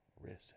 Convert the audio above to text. risen